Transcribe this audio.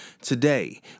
Today